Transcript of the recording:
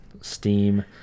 steam